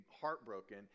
heartbroken